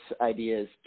ideas